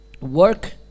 work